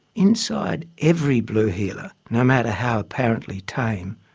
inside every blue heeler, no matter how apparently tame,